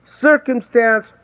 circumstance